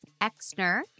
Exner